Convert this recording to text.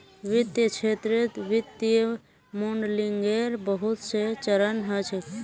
वित्तीय क्षेत्रत वित्तीय मॉडलिंगेर बहुत स चरण ह छेक